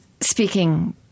speaking